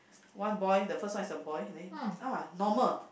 one boy the first one is a boy then !wah! normal